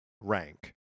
rank